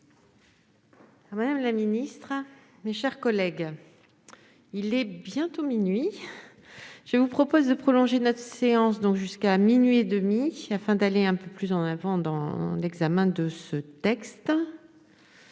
Madame la ministre, mes chers collègues, il est bientôt minuit. Je vous propose de prolonger notre séance jusqu'à zéro heure trente, afin d'aller plus avant dans l'examen de ce texte.